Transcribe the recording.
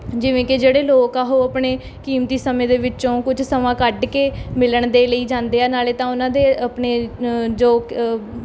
ਜਿਵੇਂ ਕਿ ਜਿਹੜੇ ਲੋਕ ਆ ਉਹ ਆਪਣੇ ਕੀਮਤੀ ਸਮੇਂ ਦੇ ਵਿੱਚੋਂ ਕੁਝ ਸਮਾਂ ਕੱਢ ਕੇ ਮਿਲਣ ਦੇ ਲਈ ਜਾਂਦੇ ਆ ਨਾਲੇ ਤਾਂ ਉਹਨਾਂ ਦੇ ਆਪਣੇ ਜੋ ਕ